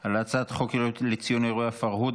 על הצעת חוק יום לציון אירועי הפרהוד,